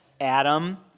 Adam